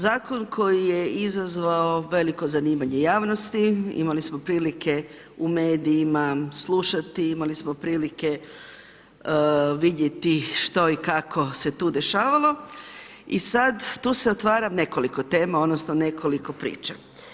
Zakon koji je izazvao veliko zanimanje javnosti, imali smo prilike u medijima slušati, imali smo prilike vidjeti što i kako se tu dešavalo i sad tu se otvara nekoliko tema odnosno nekoliko priča.